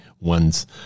one's